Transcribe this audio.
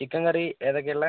chicken curry ഏതൊക്കെയാണ് ഉള്ളത്